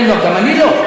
כן, גם אני לא.